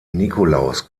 nikolaus